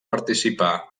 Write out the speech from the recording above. participar